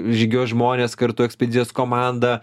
žygiuos žmonės kartu ekspedicijos komanda